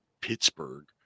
Pittsburgh